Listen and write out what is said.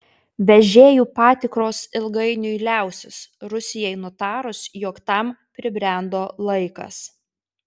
vežėjų patikros ilgainiui liausis rusijai nutarus jog tam pribrendo laikas